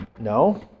No